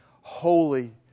holy